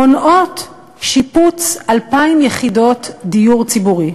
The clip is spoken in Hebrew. מונעות שיפוץ 2,000 יחידות דיור ציבורי.